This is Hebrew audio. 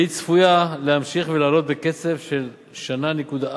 והיא צפויה להמשיך ולעלות בקצב של 1.4